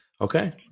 Okay